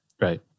Right